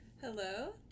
Hello